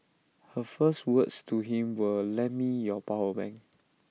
her first words to him were lend me your power bank